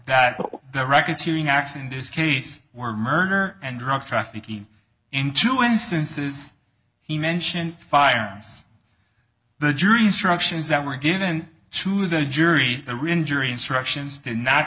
what the records hearing acts in this case were murder and drug trafficking in two instances he mentioned firearms the jury instructions that were given to the jury the reinjury instructions